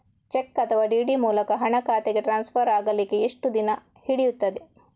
Check ಅಥವಾ DD ಮೂಲಕ ಹಣ ಖಾತೆಗೆ ಟ್ರಾನ್ಸ್ಫರ್ ಆಗಲಿಕ್ಕೆ ಎಷ್ಟು ದಿನ ಹಿಡಿಯುತ್ತದೆ?